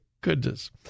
goodness